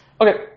Okay